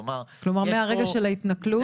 כלומר מהרגע של ההתנכלות?